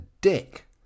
dick